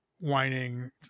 whining